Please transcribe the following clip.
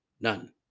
None